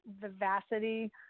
vivacity